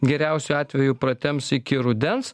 geriausiu atveju pratemps iki rudens